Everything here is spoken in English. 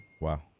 Wow